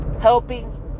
helping